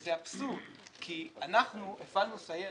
שזה אבסורד, כי אנחנו הפעלנו סיירת,